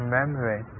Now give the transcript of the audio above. memory